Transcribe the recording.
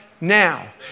now